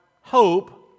hope